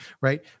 right